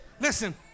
Listen